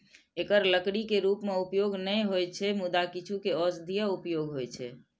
एकर लकड़ी के रूप मे उपयोग नै होइ छै, मुदा किछु के औषधीय उपयोग होइ छै